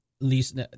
least